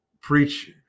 preach